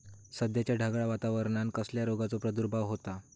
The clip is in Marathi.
सध्याच्या ढगाळ वातावरणान कसल्या रोगाचो प्रादुर्भाव होता?